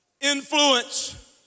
Influence